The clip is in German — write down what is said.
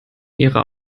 ihrer